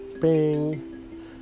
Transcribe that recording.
Bing